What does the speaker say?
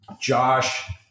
Josh